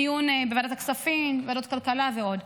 דיון בוועדת הכספים, בוועדת הכלכלה ועוד.